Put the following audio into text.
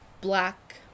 black